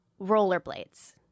rollerblades